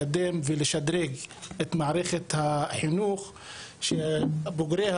לקדם ולשדרג את מערכת החינוך שבוגריה